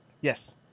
Yes